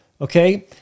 Okay